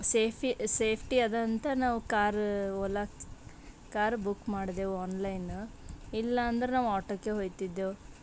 ಸೇಫಿ safety ಅದಂತ ನಾವು car Ola car book ಮಾಡಿದೆವು ಆನ್ಲೈನ ಇಲ್ಲ ಅಂದ್ರೆ ನಾವು ಆಟೋಕೆ ಹೊಯ್ತಿದ್ದೆವು